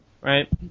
right